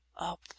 up